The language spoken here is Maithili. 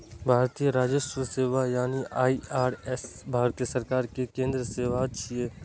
भारतीय राजस्व सेवा यानी आई.आर.एस भारत सरकार के केंद्रीय सेवा छियै